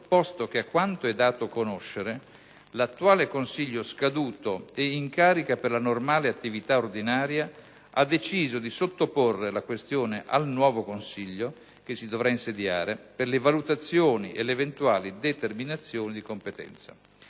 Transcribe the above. posto che, a quanto è dato conoscere, l'attuale consiglio scaduto e in carica per la normale attività ordinaria ha deciso di sottoporre la questione al nuovo consiglio che si dovrà insediare per le valutazioni e le eventuali determinazioni di competenza.